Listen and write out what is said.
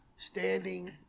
standing